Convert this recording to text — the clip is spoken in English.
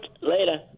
Later